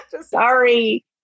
Sorry